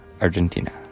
Argentina